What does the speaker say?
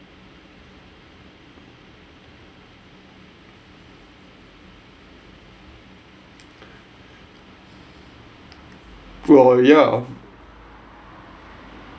ya